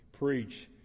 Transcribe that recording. Preach